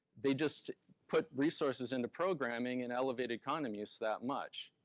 they just put resources into programming and elevated condom use that much.